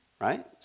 right